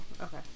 Okay